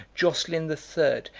joscelin the third,